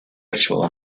ritual